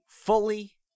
fully